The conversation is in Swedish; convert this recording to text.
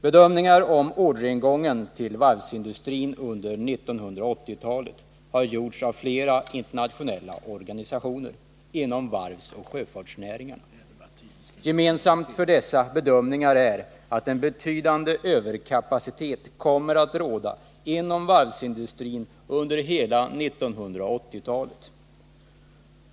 Bedömningar om orderingången till varvsindustrin under 1980-talet har gjorts av flera internationella organisationer inom varvsoch sjöfartsnäringarna. Gemensamt för dessa bedömningar är att en betydande överkapacitet kommer att råda inom varvsindustrin under hela 1980-talet.